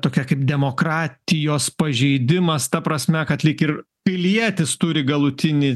tokia kaip demokratijos pažeidimas ta prasme kad lyg ir pilietis turi galutinį